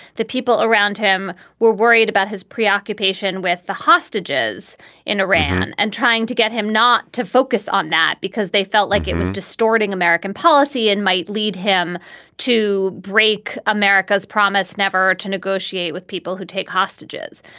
the people around him were worried about his preoccupation with the hostages in iran and trying to get him not to focus on that because they felt like it was distorting distorting american policy and might lead him to break america's promise, never to negotiate with people who take hostages.